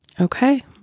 Okay